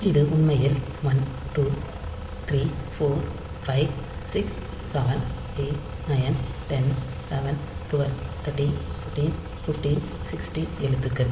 இது உண்மையில் 1 2 3 4 5 6 7 8 9 10 11 12 13 14 15 16 எழுத்துக்கள்